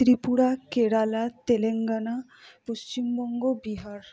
Tripura Kerala Telangana Paschimbanga Bihar